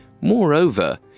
Moreover